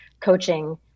coaching